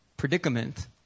predicament